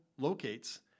locates